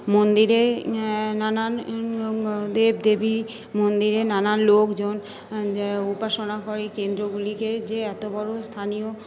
মন্দিরে নানান দেবদেবী মন্দিরে নানান লোকজন উপাসনা করে কেন্দ্রগুলিকে যে এতো বড়ো স্থানীয়